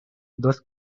dos